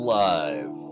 live